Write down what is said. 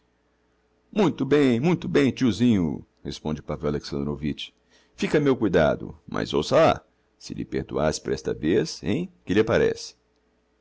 muito bem muito bem tiosinho responde pavel alexandrovitch fica a meu cuidado mas oiça lá se lhe perdoasse por esta vez hein que lhe parece